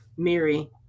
Mary